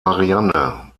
marianne